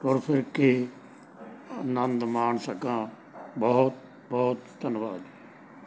ਤੁਰ ਫਿਰ ਕੇ ਆਨੰਦ ਮਾਣ ਸਕਾਂ ਬਹੁਤ ਬਹੁਤ ਧੰਨਵਾਦ